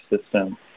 system